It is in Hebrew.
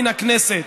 מן הכנסת.